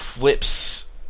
flips